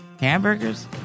Hamburgers